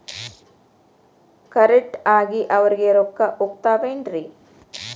Correct ಆಗಿ ಅವರಿಗೆ ರೊಕ್ಕ ಹೋಗ್ತಾವೇನ್ರಿ?